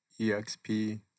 EXP